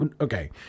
Okay